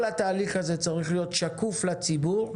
כל התהליך הזה צריך להיות שקוף לציבור.